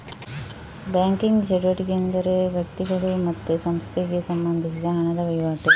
banking ಚಟುವಟಿಕೆ ಎಂದರೆ ವ್ಯಕ್ತಿಗಳು ಮತ್ತೆ ಸಂಸ್ಥೆಗೆ ಸಂಬಂಧಿಸಿದ ಹಣದ ವೈವಾಟು